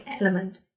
element